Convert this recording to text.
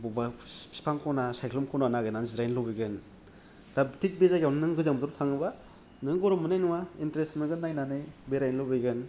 बबेबा बिफां खना सायख्लुम खना नागिरनानै जिरायनो लुबैगोन दा थिख बे जायगायावनो नों गोजां बोथोराव थाङोब्ला नों गरम मोननाय नङा इन्थारेसथ मोनगोन नायनानै बेरायनो लुबैगोन